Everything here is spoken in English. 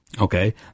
okay